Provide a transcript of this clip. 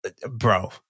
Bro